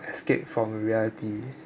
escape from reality